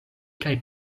kaj